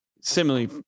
similarly